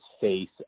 face